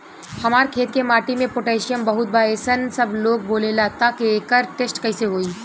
हमार खेत के माटी मे पोटासियम बहुत बा ऐसन सबलोग बोलेला त एकर टेस्ट कैसे होई?